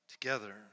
together